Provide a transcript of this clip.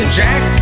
jack